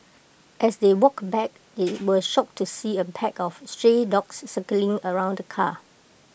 as they walked back they were shocked to see A pack of stray dogs circling around the car